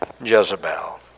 Jezebel